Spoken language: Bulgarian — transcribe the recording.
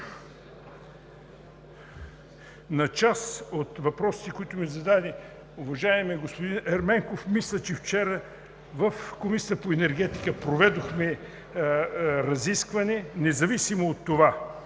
На част от въпросите, които ми зададе уважаемият господин Ерменков, мисля, че вчера в Комисията по енергетика проведохме разискване, независимо от това